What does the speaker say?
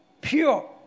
Pure